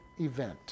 event